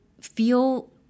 feel